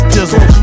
Dizzle